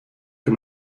que